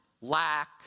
lack